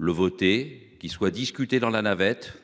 Le voter. Qu'il soit discuté dans la navette.